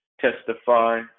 testify